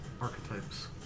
archetypes